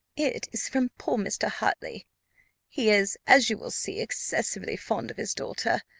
it is from poor mr. hartley he is, as you will see, excessively fond of his daughter,